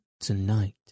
tonight